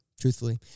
Truthfully